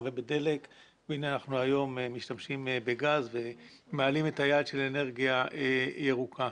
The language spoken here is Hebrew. ובדלק והנה אנחנו היום משתמשים בגז ומעלים את היעד של אנרגיה ירוקה.